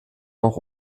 auch